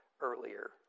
earlier